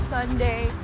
Sunday